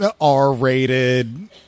r-rated